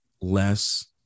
less